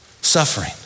suffering